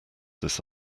this